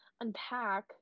unpack